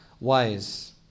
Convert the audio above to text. wise